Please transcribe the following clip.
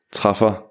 træffer